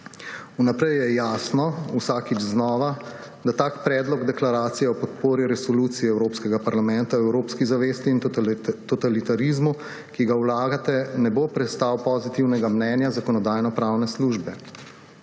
Vnaprej je jasno, vsakič znova, da tak predlog deklaracije o podpori Resoluciji Evropskega parlamenta o evropski zavesti in totalitarizmu, kot ga vlagate, ne bo prestal pozitivnega mnenja Zakonodajno-pravne službe.